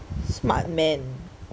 smart man